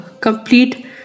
complete